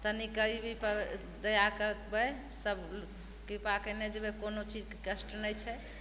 तनी गरीबीपर दया करबय सब कृपा केने जेबय कोनो चीजके कष्ट नहि छै